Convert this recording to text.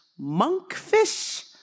monkfish